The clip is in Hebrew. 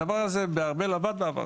הדבר הזה עבד בארבל בעבר.